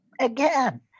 Again